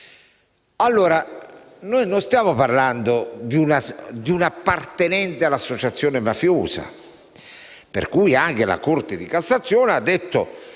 sociale. Non stiamo parlando di un appartenente all'associazione mafiosa, per cui anche la Corte di cassazione ha detto